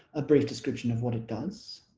a brief description of what it does,